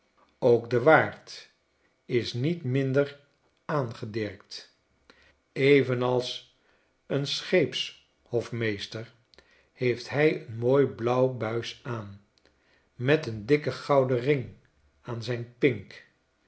ook de waard isniet minder aangedirkt evenals een scheepshofmeester heeft hij een'mooi blauw buis aan met een dikken gouden ring aan zijn pink